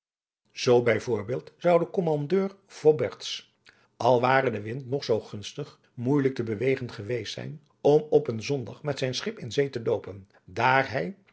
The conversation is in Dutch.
zoo bij voorbeeld zou de kommandeur fobberts al ware de wind nog zoo gunstig moeijelijk te bewegen geweest zijn om op een zondag met zijn schip in zee te loopen daar hij